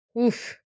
Oof